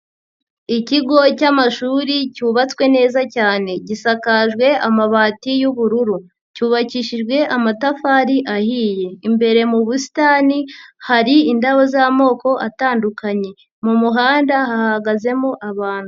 Ikigo cy'amashuri cyubatswe neza cyane. Gisakajwe amabati y'ubururu. Cyubakishijwe amatafari ahiye. Imbere mu busitani hari indabo z'amoko atandukanye. Mu muhanda hahagazemo abantu.